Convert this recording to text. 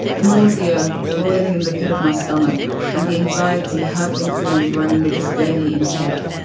the nausea roiling in the pit of my stomach and the anxiety hurtling through my brain we're just barely in check.